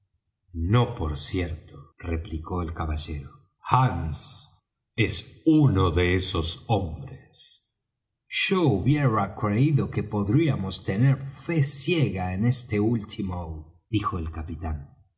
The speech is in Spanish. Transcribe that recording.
no por cierto replicó el caballero hands es uno de esos hombres yo hubiera creído que podríamos tener fe ciega en este último dijo el capitán